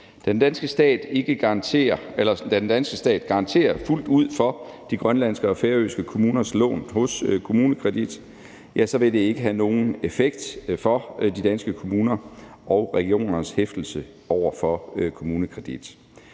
Da den danske stat fuldt ud garanterer for de grønlandske og færøske kommuners lån hos KommuneKredit, vil det ikke have nogen effekt for de danske kommuners og regioners hæftelse over for KommuneKredit.